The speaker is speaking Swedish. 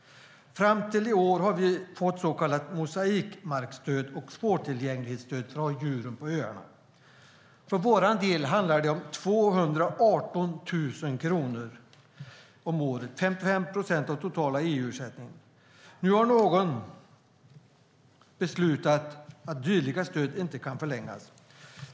Fram till i år har vi fått så kallat mosaikmarkstöd och svårtillgänglighetsstöd för att ha djur på öarna. För vår del handlar det om 218 000 kronor om året, ca 55 procent av den totala EU-ersättningen. Nu har någon beslutat att dylika stöd inte kan förlängas.